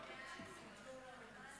חוק המרכז